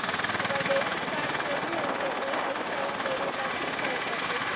हमर debit card चोरी हो गेले हई, नया लेवे ल की करे पड़तई?